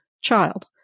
Child